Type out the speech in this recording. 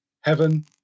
Heaven